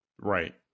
Right